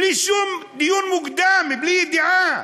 בלי שום דיון מוקדם, בלי ידיעה,